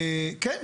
כן,